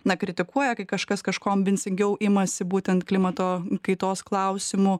na kritikuoja kai kažkas kažko ambicingiau imasi būtent klimato kaitos klausimu